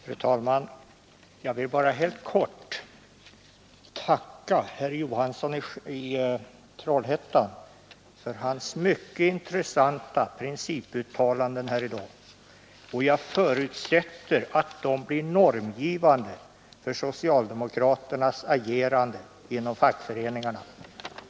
Fru talman! Jag vill bara helt kort tacka herr Johansson i Trollhättan för hans mycket intressanta principuttalanden här i dag. Jag förutsätter att de blir normgivande för socialdemokraternas agerande inom fackföreningarna.